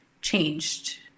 changed